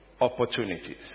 opportunities